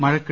മഴക്കെ